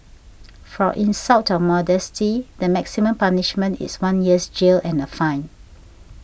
for insult of modesty the maximum punishment is one year's jail and a fine